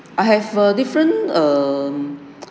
I have a different um